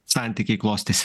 santykiai klostysis